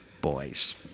boys